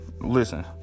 listen